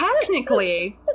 technically